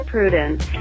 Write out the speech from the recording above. Prudence